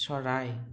চৰাই